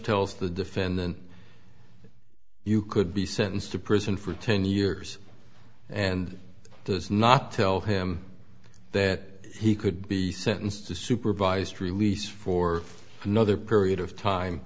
tells the defendant you could be sentenced to prison for ten years and does not tell him that he could be sentenced to supervised release for another period of